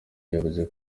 yavuze